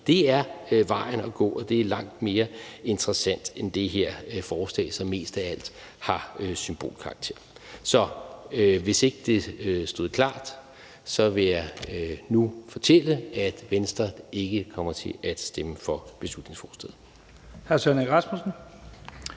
Det er vejen at gå, og det er langt mere interessant end det her forslag, som mest af alt har symbolsk karakter. Hvis ikke det stod klart, vil jeg nu fortælle, at Venstre ikke kommer til at stemme for beslutningsforslaget.